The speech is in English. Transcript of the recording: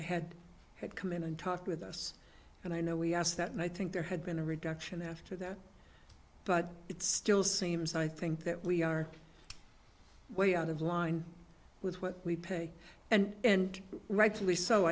had had come in and talked with us and i know we asked that and i think there had been a reduction after that but it still seems i think that we are way out of line with what we pay and rightly so